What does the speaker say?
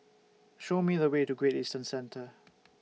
Show Me The Way to Great Eastern Centre